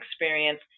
experience